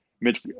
Mitch